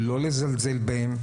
לא לזלזל בהם,